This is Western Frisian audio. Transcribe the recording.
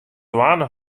dwaande